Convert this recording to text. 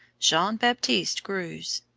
jean baptiste greuze.